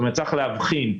צריך להבחין,